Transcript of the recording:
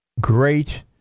great